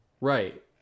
Right